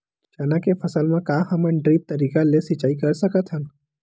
चना के फसल म का हमन ड्रिप तरीका ले सिचाई कर सकत हन?